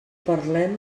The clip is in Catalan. parlem